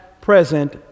present